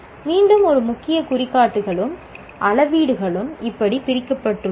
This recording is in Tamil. மீண்டும் முக்கிய குறிகாட்டிகளும் அளவீடுகளும் இப்படி பிரிக்கப்பட்டுள்ளன